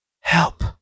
Help